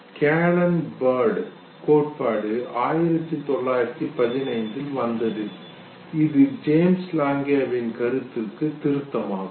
Canon Bard கோட்பாடு 1915 இல் வந்தது இது ஜேம்ஸ் லாங்கேவின் கருத்தின் திருத்தமாகும்